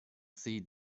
see